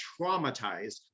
traumatized